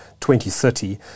2030